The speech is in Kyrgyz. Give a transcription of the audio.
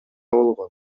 болгон